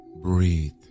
Breathe